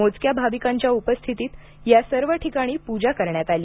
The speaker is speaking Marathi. मोजक्या भाविकांच्या उपस्थितीत या सर्व ठिकाणी प्रजा करण्यात आली